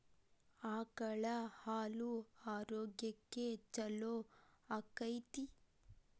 ಆಕಳ ಹಾಲು ಆರೋಗ್ಯಕ್ಕೆ ಛಲೋ ಆಕ್ಕೆತಿ?